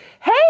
Hey